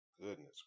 Goodness